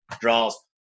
draws